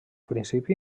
principi